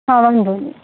હા વાંધો નઇ